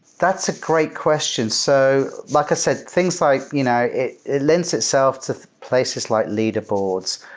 that's a great question. so like i said, things like you know it it lends itself to places like leaderboards,